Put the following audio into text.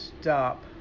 stop